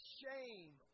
shame